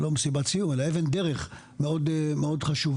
לא מסיבת סיום אלא אבן דרך מאוד חשובה.